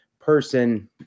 person